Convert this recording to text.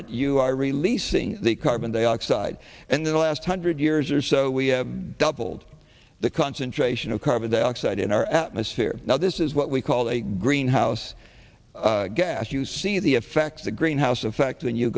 it you are releasing the carbon dioxide and in the last hundred years or so we have doubled the concentration of carbon dioxide in our atmosphere now this is what we call a greenhouse gas you see the effects the greenhouse effect when you